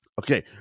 Okay